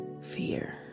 fear